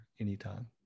anytime